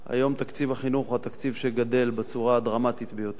היום תקציב החינוך הוא התקציב שגדל בצורה הדרמטית ביותר.